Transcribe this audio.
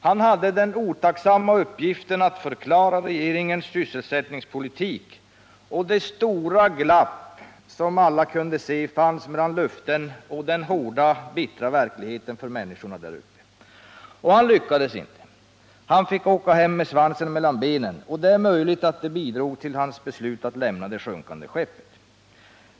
Han hade den otacksamma uppgiften att förklara regeringens sysselsättningspolitik och det stora glappet som alla kunde se fanns mellan löftena och den hårda, bittra verkligheten för människorna där uppe. Han lyckades inte. Han fick åka hem med svansen mellan benen, och det är möjligt att det bidrog till hans beslut att lämna det sjunkande skeppet.